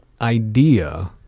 idea